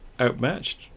outmatched